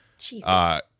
Jesus